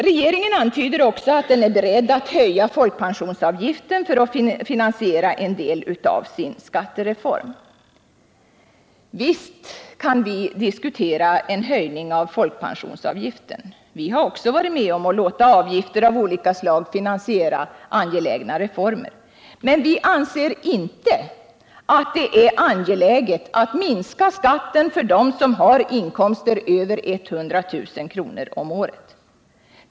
Regeringen antyder också att den är beredd att höja folkpensionsavgiften för att finansiera en del av sin skattereform. Visst kan vi diskutera en höjning av folkpensionsavgiften. Vi har varit med om att låta avgifter av olika slag finansiera angelägna reformer. Men vi anser inte att det är angeläget att minska skatten för dem som har inkomster över 100 000 kr. om året.